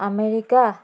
America